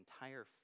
entire